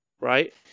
right